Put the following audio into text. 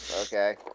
Okay